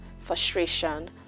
frustration